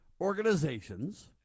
organizations